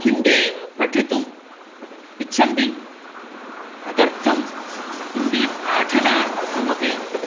हिन्दीं पठितुम् इच्छन्ति तदर्थं हिन्दी पाठनार्थमपि